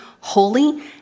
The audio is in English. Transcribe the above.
holy